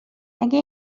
اگه